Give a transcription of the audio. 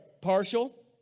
partial